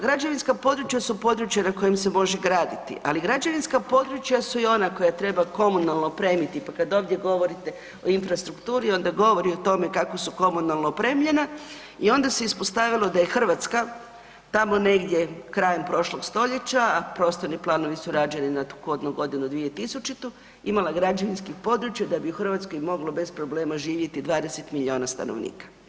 Građevinska područja su područja na kojim se može graditi, ali građevinska područja su i ona koja treba komunalno opremiti, pa kad ovdje govorite o infrastrukturi onda govori o tome kako su komunalno opremljena i onda se ispostavilo da je Hrvatska tamo negdje krajem prošlog stoljeća, a prostorni planovi su rađeni na kodnu godinu 2000. imala građevinskih područja da bi u Hrvatskoj moglo bez problema živjeti 20 milijuna stanovnika.